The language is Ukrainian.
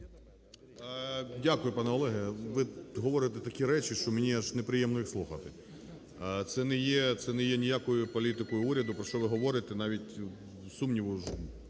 Дякую, пане Олег. Ви говорите такі речі, що мені аж неприємно їх слухати. Це не є ніякою політикою уряду, про що ви говорите. Навіть не говоріть